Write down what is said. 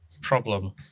Problem